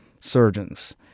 surgeons